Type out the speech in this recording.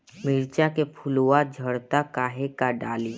मिरचा के फुलवा झड़ता काहे का डाली?